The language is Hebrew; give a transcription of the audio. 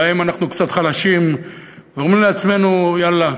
שבהם אנחנו קצת חלשים ואומרים לעצמנו: יאללה,